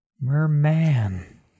Merman